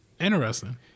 Interesting